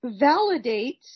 validates